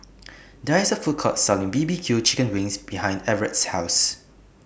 There IS A Food Court Selling B B Q Chicken Wings behind Everet's House